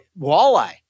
Walleye